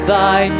Thy